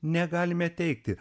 negalime teigti